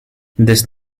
this